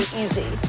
easy